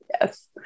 Yes